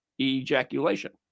ejaculation